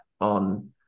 on